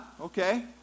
okay